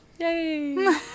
Yay